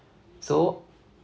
so